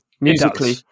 musically